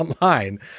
online